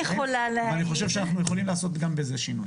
אבל אני חושב שאנחנו יכולים לעשות גם בזה שינוי.